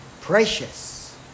precious